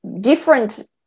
different